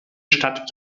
stadt